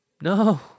no